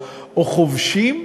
או חובשים,